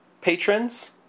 patrons